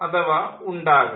അഥവാ ഉണ്ടാകണം